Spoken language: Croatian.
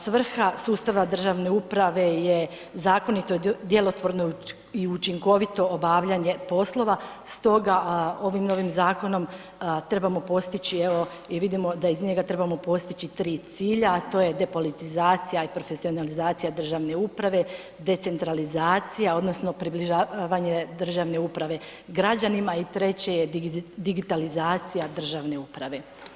Svrha sustava državne uprava je zakonito, djelotvorno i učinkovito obavljanje poslova stoga ovim novim zakonom trebamo postići evo, i vidimo da iz njega trebamo postići 3 cilja a to je depolitizacija i profesionalizacija državne uprave, decentralizacija odnosno približavanje državne uprave građanima i treće je digitalizacija državne uprave.